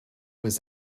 was